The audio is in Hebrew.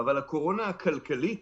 אבל הקורונה הכלכלית